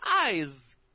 eyes